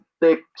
thick